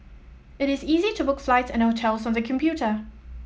it is easy to book flights and hotels on the computer